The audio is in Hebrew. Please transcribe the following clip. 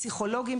פסיכולוגים,